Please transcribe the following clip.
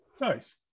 nice